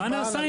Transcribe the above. מה נעשה?